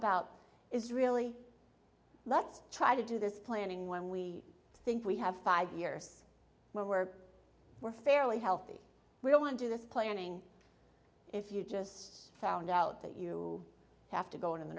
about is really let's try to do this planning when we think we have five years where we're we're fairly healthy we don't want to this planning if you just found out that you have to go in the